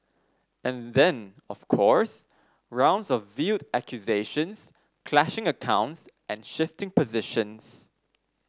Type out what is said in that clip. and then of course rounds of veiled accusations clashing accounts and shifting positions